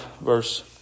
verse